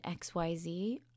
xyz